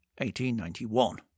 1891